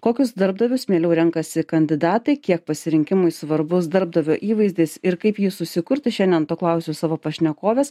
kokius darbdavius mieliau renkasi kandidatai kiek pasirinkimui svarbus darbdavio įvaizdis ir kaip jį susikurti šiandien to klausiu savo pašnekovės